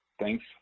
Thanks